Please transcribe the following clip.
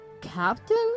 captain